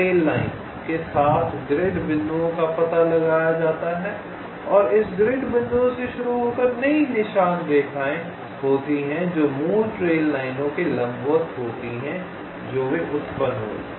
trail line के साथ grid बिंदुओं का पता लगाया जाता है और इस ग्रिड बिंदुओं से शुरू होकर नई निशान रेखाएं होती हैं जो मूल ट्रेल लाइनों के लंबवत होती हैं जो वे उत्पन्न होती हैं